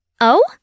Oh